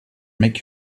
make